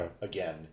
again